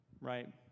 right